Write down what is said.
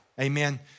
amen